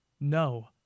No